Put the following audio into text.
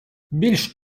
більш